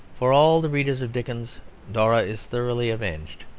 for all the readers of dickens dora is thoroughly avenged.